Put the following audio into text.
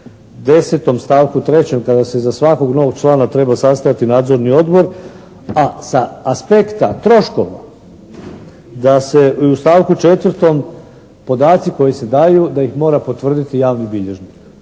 stavku trećem kada se za svakog novog člana treba sastajati nadzorni odbor, a sa aspekta troškova da se i u stavku četvrtom podaci koji se daju da ih mora potvrditi javni bilježnik.